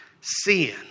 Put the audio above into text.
sin